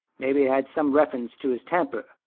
maybe it had some reference to his temper.